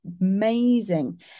amazing